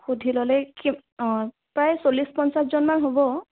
সুধি ল'লে কি অ' প্ৰায় চল্লিছ পঞ্চাছজনমান হ'ব